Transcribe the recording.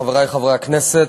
חברי חברי הכנסת,